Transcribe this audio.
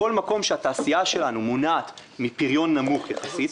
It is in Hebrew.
בכל מקום שהתעשייה שלנו מונעת מפריון נמוך יחסית,